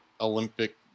Olympic